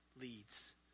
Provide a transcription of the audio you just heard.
leads